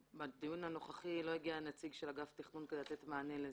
בדיון הנוכחי לא הגיע נציג של אגף תכנון כדי לתת מענה לזה.